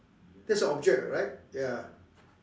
that's an object [what] right ya